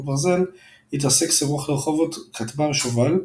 ברזל התרסק סמוך לרחובות כטמ"ם שובל,